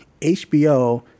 HBO